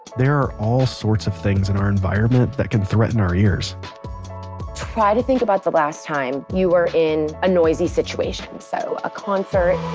there are all sorts of things in our environment that can threaten our ears try to think about the last time you were in a noisy situation, so a concert,